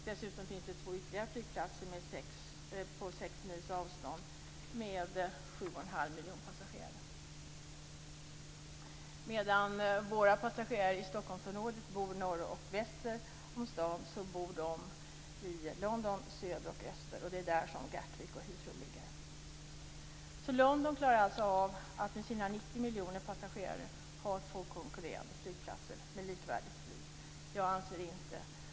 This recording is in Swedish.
Dessutom finns det ytterligare två flygplatser på sex mils avstånd med Medan passagerarna i Stockholmsområdet bor norr och väster om staden bor passagerarna i Londonområdet söder och öster om staden, där Gatwick och London klarar med sina 90 miljoner passagerare att ha två konkurrerande flygplatser med likvärdigt flyg.